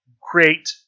create